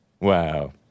Wow